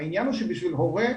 העניין הוא שבשביל הורה,